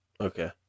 Okay